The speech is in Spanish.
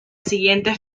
siguiente